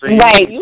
Right